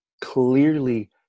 clearly